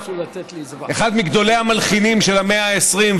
אחד מגדולי המלחינים של המאה ה-20,